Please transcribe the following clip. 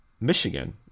Michigan